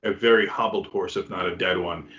ah very hobbled horse if not a dead one.